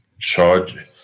charge